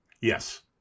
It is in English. Yes